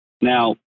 now